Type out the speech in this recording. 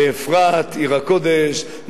באפרת עיר הקודש,